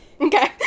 Okay